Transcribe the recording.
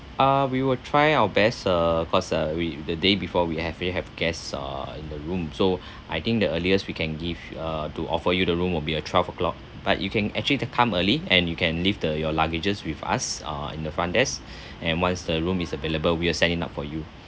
uh we will try our best uh because uh we the day before we actually have guests uh in the room so I think the earliest we can give uh to offer you the room will be at twelve o'clock but you can actually t~ come early and you can leave the your luggages with us uh in the front desk and once the room is available we'll send it up for you